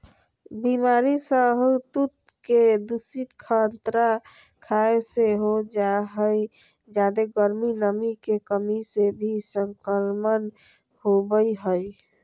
बीमारी सहतूत के दूषित पत्ता खाय से हो जा हई जादे गर्मी, नमी के कमी से भी संक्रमण होवई हई